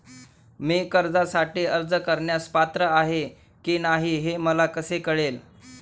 मी कर्जासाठी अर्ज करण्यास पात्र आहे की नाही हे मला कसे कळेल?